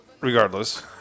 Regardless